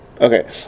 Okay